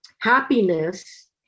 happiness